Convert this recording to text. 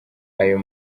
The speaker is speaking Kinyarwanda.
ayo